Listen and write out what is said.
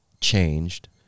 changed